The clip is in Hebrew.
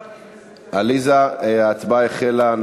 עליזה, ההצבעה החלה.